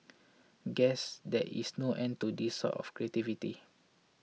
guess there is no end to this sort of creativity